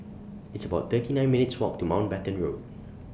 It's about thirty nine minutes' Walk to Mountbatten Road